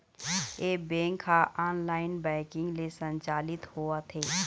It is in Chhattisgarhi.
ए बेंक ह ऑनलाईन बैंकिंग ले संचालित होवत हे